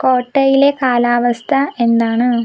കോട്ടയിലെ കാലാവസ്ഥ എന്താണ്